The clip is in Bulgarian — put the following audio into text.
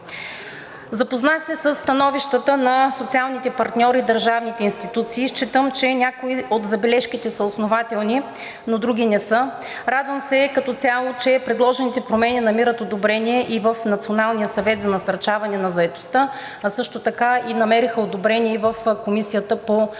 Запознах се със становищата на социалните партньори и държавните институции и считам, че някои от забележките са основателни, но други не са. Радвам се като цяло, че предложените промени намират одобрение и в Националния съвет за насърчаване на заетостта, а също така и намериха одобрение в Комисията по труда,